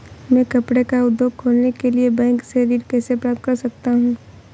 मैं कपड़े का उद्योग खोलने के लिए बैंक से ऋण कैसे प्राप्त कर सकता हूँ?